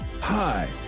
Hi